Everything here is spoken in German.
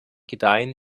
gedeihen